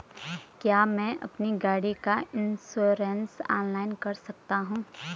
क्या मैं अपनी गाड़ी का इन्श्योरेंस ऑनलाइन कर सकता हूँ?